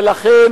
ולכן,